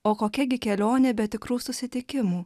o kokia gi kelionė be tikrų susitikimų